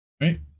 Right